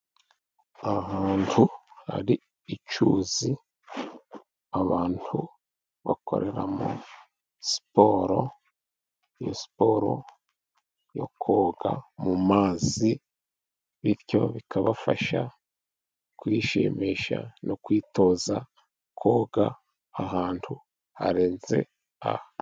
Ahantu hari icyuzi abantu bakoreramo siporo. Iyo siporo yo koga mu mazi， bityo bikabafasha kwishimisha no kwitoza koga ahantu harenze aha.